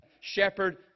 shepherd